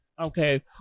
Okay